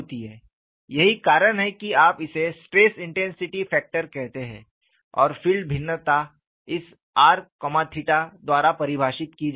यही कारण है कि आप इसे स्ट्रेस इंटेंसिटी फैक्टर कहते हैं और फील्ड भिन्नता इस r थीटा द्वारा परिभाषित की जाती है